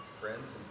friends